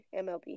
MLB